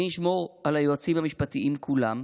מי ישמור על היועצים המשפטיים כולם?